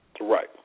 Right